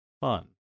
Fun